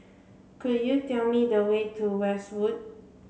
could you tell me the way to Westwood